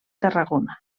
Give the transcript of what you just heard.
tarragona